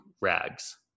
Rags